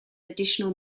additional